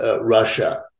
Russia